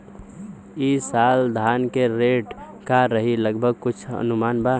ई साल धान के रेट का रही लगभग कुछ अनुमान बा?